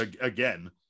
again